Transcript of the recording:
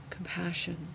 compassion